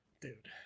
Dude